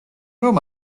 რომ